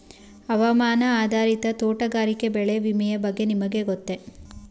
ಹವಾಮಾನ ಆಧಾರಿತ ತೋಟಗಾರಿಕೆ ಬೆಳೆ ವಿಮೆಯ ಬಗ್ಗೆ ನಿಮಗೆ ಗೊತ್ತೇ?